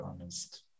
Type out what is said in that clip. honest